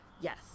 yes